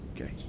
Okay